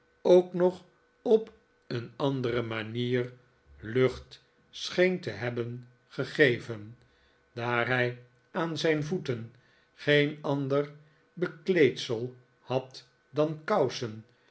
ook nog op een andere manier lucht scheen te hebben gegeven daar hij aan zijn voeten geen ander bekleedsel had dan kousen